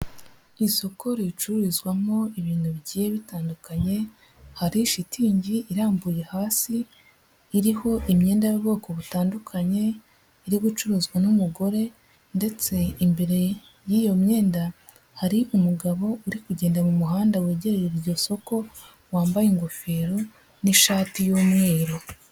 Isoko ricururizwamo ibintu bigiye bitandukanye hari shitingi irambuye hasi iriho imyenda y'ubwoko butandukanye, iri gucuruzwa n'umugore ndetse imbere y'iyo myenda hari umugabo uri kugenda mu muhanda wegereye iryo soko wambaye ingofero n'ishati y'umweru.